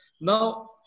Now